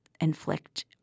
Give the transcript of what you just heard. inflict